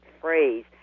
phrase